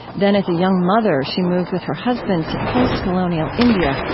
then, as a young mother, she moved with her husband to post-colonial india,